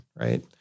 Right